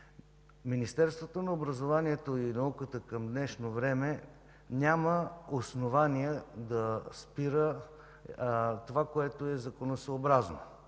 Министерството на образованието и науката към днешно време няма основание да спира това, което е законосъобразно